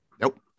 Nope